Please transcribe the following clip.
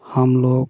हम लोग